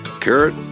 carrot